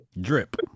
Drip